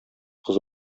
кыз